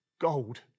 gold